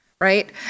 right